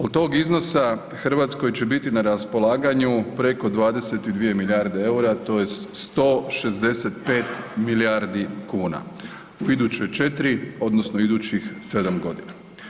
Od tog iznosa Hrvatskoj će biti na raspolaganju preko 22 milijarde eura, to je 165 milijardi kuna u iduće 4 odnosno idućih 7 godina.